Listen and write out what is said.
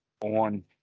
on